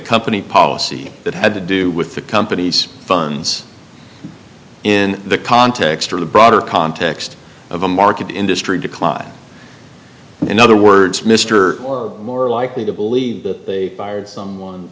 company policy that had to do with the company's funds in the context of the broader context of a market industry decline and in other words mr more likely to believe that they hired someone